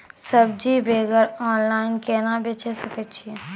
सब्जी वगैरह ऑनलाइन केना बेचे सकय छियै?